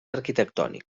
arquitectònic